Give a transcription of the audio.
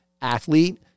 athlete